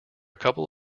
couple